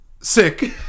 sick